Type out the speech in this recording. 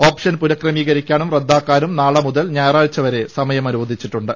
option പുനക്രമീകരിക്കാനും റദ്ദാക്കാനും നാളെ മുതൽ ഞായറാഴ്ച വരെ സമയം അനുവദിച്ചിട്ടുണ്ട്